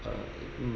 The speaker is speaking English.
uh